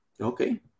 Okay